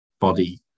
body